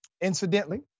Incidentally